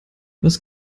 was